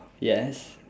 yes